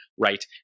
right